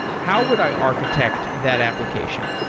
how would i architect that application?